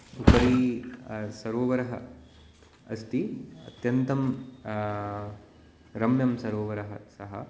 उपरि सरोवरः अस्ति अत्यन्तं रम्यः सरोवरः सः